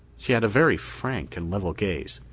she had a very frank and level gaze,